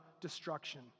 destruction